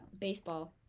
baseball